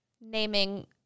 naming